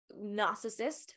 narcissist